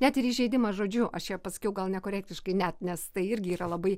net ir įžeidimas žodžiu aš čia pasakiau gal nekorektiškai net nes tai irgi yra labai